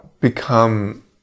become